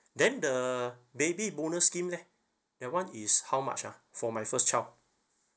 then the baby bonus scheme leh that one is how much ah for my first child